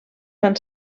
fan